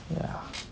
ya